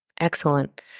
Excellent